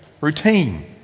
routine